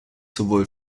sowohl